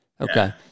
Okay